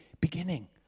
beginning